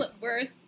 worth